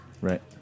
right